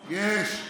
אמרתי, אני שואל, יש.